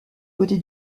côté